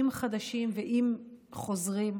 אם חדשים ואם חוזרים,